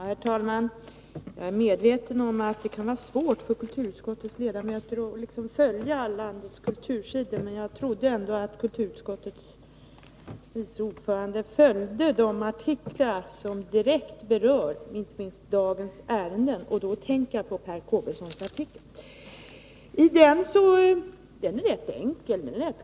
Herr talman! Jag är medveten om att det kan vara svårt för kulturutskottets ledamöter att följa alla landets kultursidor. Men jag trodde ändå att kulturutskottets vice ordförande följde de artiklar som direkt berör inte minst dagens ärende, och då tänker jag på Per Kågesons artikel. Den är rätt enkel och kort.